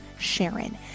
Sharon